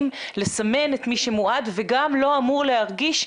לסמן את מי שמועד וגם לא אמור להרגיש.